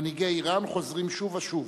מנהיגי אירן חוזרים שוב ושוב